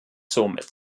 somit